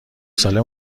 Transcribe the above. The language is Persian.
ساله